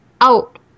out